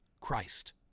Christ